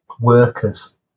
workers